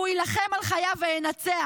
הוא יילחם על חייו וינצח.